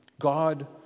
God